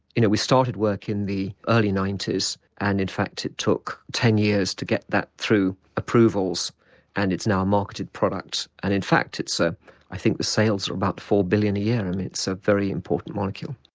you know we started work in the early ninety s and in fact it took ten years to get that through approvals and it's now a marketed product and in fact it's ah i think the sales are about four billion a year, it's a very important molecule.